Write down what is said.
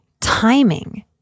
timing